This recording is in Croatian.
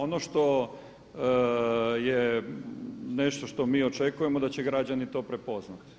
Ono što je nešto što mi očekujemo da će građani to prepoznati,